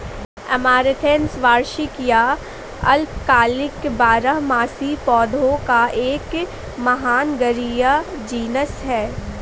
amaranthus वार्षिक या अल्पकालिक बारहमासी पौधों का एक महानगरीय जीनस है